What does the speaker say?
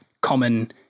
common